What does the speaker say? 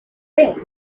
trains